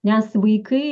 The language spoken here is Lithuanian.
nes vaikai